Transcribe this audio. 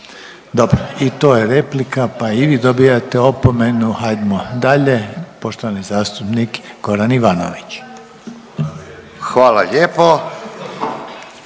Dobro, i to je replika, pa i vi dobijate opomenu, hajdmo dalje, poštovani zastupnik Goran Ivanović. **Ivanović,